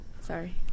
Sorry